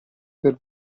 per